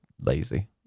lazy